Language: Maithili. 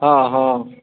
हॅं हॅं